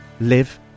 live